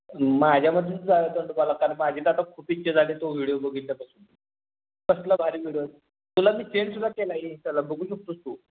माझ्या मते जाऊया दंडोबाला कारण माझी तर आता खूप इच्छा झाले तो व्हिडिओ बघितल्यापासून कसला भारी व्हिडो तुला मी सेंडसुद्धा केला आहे इन्स्टाला बघू शकतोस तू